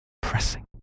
pressing